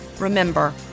Remember